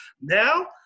Now